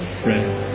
friend